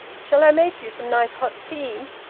shall i make you some nice hot tea?